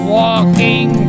walking